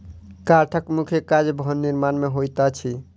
काठक मुख्य काज भवन निर्माण मे होइत अछि